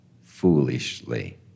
foolishly